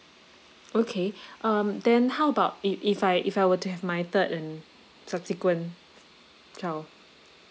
okay um then how about if if I if I were to have my third and subsequent child